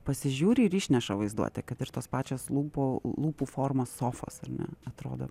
pasižiūri ir išneša vaizduotę kad ir tos pačios lūpo lūpų formos sofos ar ne atrodo